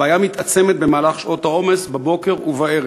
הבעיה מתעצמת במהלך שעות העומס בבוקר ובערב,